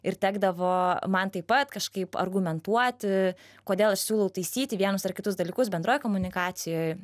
ir tekdavo man taip pat kažkaip argumentuoti kodėl aš siūlau taisyti vienus ar kitus dalykus bendroj komunikacijoj